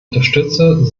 unterstütze